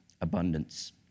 abundance